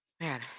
Man